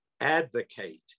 advocate